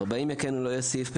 ארבעים יכנו לא יוסיף,